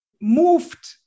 moved